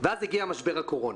ואז הגיע משבר הקורונה.